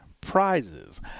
prizes